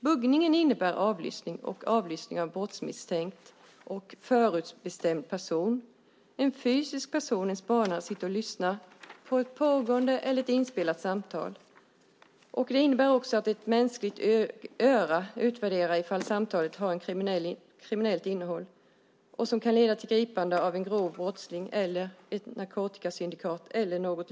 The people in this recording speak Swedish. Buggning innebär avlyssning av en brottsmisstänkt förutbestämd person där en fysisk person, en spanare, sitter och lyssnar på ett pågående eller ett inspelat samtal. Det innebär också att ett mänskligt öra utvärderar ifall samtalet har ett kriminellt innehåll som kan leda till gripandet av en grov brottsling, ett narkotikasyndikat eller liknande.